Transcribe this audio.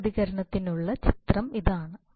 step പ്രതികരണത്തിനുള്ള ചിത്രം ഇതാണ്